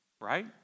right